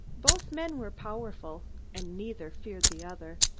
both men were powerful, and neither feared the other.